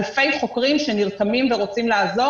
אלפי חוקרים שנרתמים ורוצים לעזור